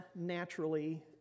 naturally